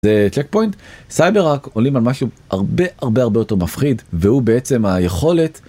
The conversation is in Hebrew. צ'קפוינט, סייבר רק עולים על משהו הרבה הרבה הרבה יותר מפחיד, והוא בעצם היכולת.